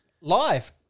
live